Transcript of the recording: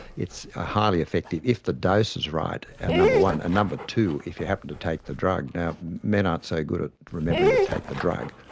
it's a highly effective if the dose is right, and number one, and, number two, if you happen to take the drug. now, men aren't so good at remembering to take the drug.